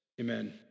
Amen